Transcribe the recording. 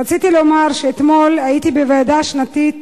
רציתי לומר שאתמול הייתי בוועידה השנתית